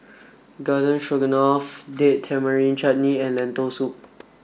Garden Stroganoff Date Tamarind Chutney and Lentil soup